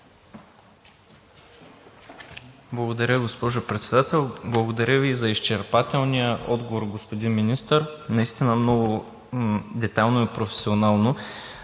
Благодаря, госпожо Председател. Благодаря Ви за изчерпателния отговор, господин Министър. Наистина много детайлно и професионално.